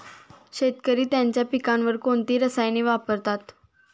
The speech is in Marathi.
शेतकरी त्यांच्या पिकांवर कोणती रसायने वापरतात?